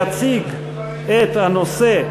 יציג את הנושא,